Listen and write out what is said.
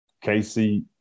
Casey